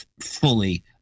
fully